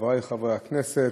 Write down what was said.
חברי חברי הכנסת,